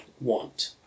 want